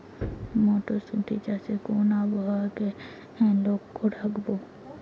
মটরশুটি চাষে কোন আবহাওয়াকে লক্ষ্য রাখবো?